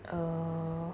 err